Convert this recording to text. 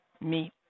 meet